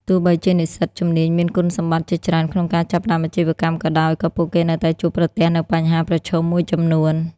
ទោះបីជានិស្សិតជំនាញមានគុណសម្បត្តិជាច្រើនក្នុងការចាប់ផ្ដើមអាជីវកម្មក៏ដោយ ក៏ពួកគេនៅតែជួបប្រទះនូវបញ្ហាប្រឈមមួយចំនួន។